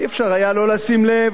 אי-אפשר היה לא לשים לב